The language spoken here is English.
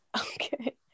Okay